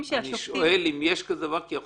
שופטים --- אני שואל אם יש דבר כזה.